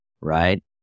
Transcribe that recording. right